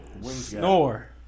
Snore